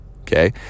okay